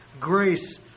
grace